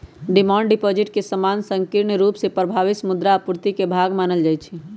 demand deposit के सामान्य संकीर्ण रुप से परिभाषित मुद्रा आपूर्ति के भाग मानल जाइ छै